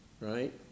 right